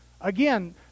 Again